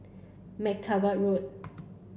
Mac Taggart Road